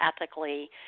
ethically